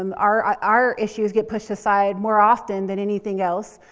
um our ah our issues get pushed aside more often than anything else,